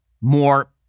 more